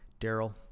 Daryl